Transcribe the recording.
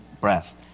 breath